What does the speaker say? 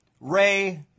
Ray